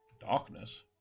Darkness